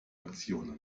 aktion